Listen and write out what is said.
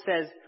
says